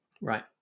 Right